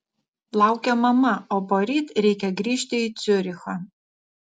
laukia mama o poryt reikia grįžti į ciurichą